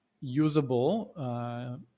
usable